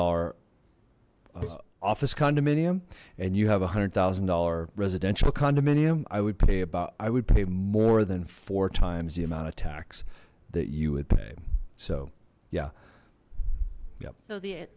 dollars office condominium and you have one hundred thousand dollars residential condominium i would pay about i would pay more than four times the amount of tax that you would pay so yeah